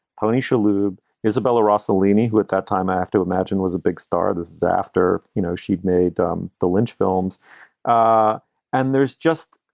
tony shalhoub, isabella rossellini, who at that time i have to imagine was a big star. this after, you know, she'd made um the lynch films ah and there's just.